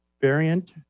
variant